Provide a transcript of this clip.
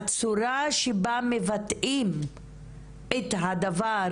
הצורה שבה מבטאים את הדבר,